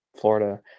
Florida